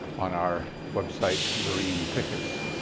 on our website, beroean pickets.